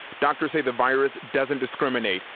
doctors say the virus doesn't discriminate.